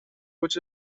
which